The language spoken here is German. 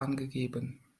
angegeben